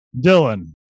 Dylan